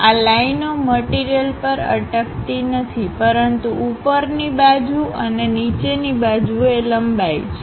આ લાઇનો મટીરીયલપર અટકતી નથી પરંતુ ઉપરની બાજુ અને નીચેની બાજુએ લંબાય છે